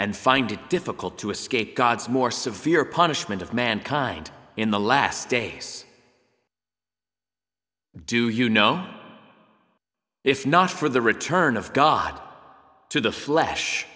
and find it difficult to escape god's more severe punishment of mankind in the last days do you know if not for the return of god to the flesh